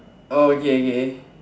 oh okay okay